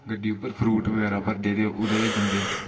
गड्डी उप्पर फरूट बगैरा भरदे रेह् उद्धर गै जंदे